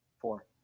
Four